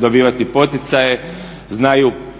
dobivati poticaje. Znaju